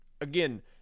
Again